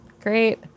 Great